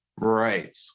Right